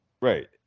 Right